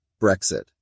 Brexit